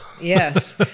Yes